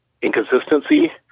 inconsistency